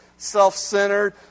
self-centered